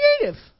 creative